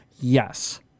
yes